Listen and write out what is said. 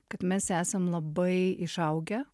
kad mes esam labai išaugę